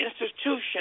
institution